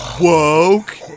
woke